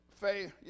faith